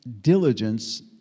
diligence